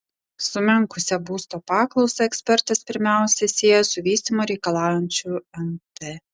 sumenkusią būsto paklausą ekspertas pirmiausia sieja su vystymo reikalaujančiu nt